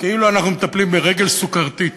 כאילו אנחנו מטפלים ברגל סוכרתית,